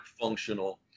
functional